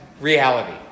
reality